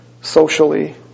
socially